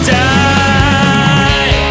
die